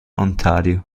ontario